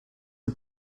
are